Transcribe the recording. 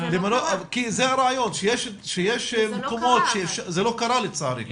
זה הרעיון, שיש מקומות שאפשר, זה לא קרה לצערי.